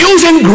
Using